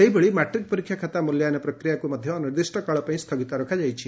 ସେହିଭଳି ମାଟ୍ରିକ୍ ପରୀକ୍ଷା ଖାତା ମୂଲ୍ୟାୟନ ପ୍ରକ୍ରିୟାକୁ ମଧ୍ଧ ଅନିର୍ଦ୍ଦିଷ୍ କାଳପାଇଁ ସ୍ତଗିତ ରଖାଯାଇଛି